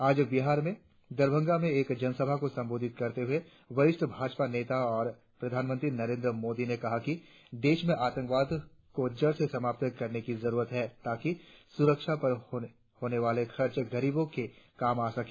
आज बिहार में दरभंगा में एक जनसभा को संबोधित करते हुए वरिष्ठ भाजपा नेता और प्रधानमंत्री नरेंद्र मोदी ने कहा कि देश में आतंकवाद को जड़ से समाप्त करने की जरुरत है ताकि सुरक्षा पर होने वाला खर्च गरीबों के काम आ सके